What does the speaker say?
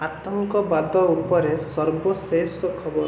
ଆତଙ୍କବାଦ ଉପରେ ସର୍ବଶେଷ ଖବର